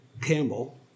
Campbell